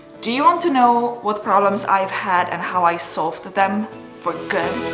do you want to know what problems i've had and how i solved them for good?